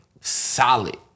solid